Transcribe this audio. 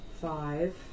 Five